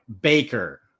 baker